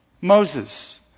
Moses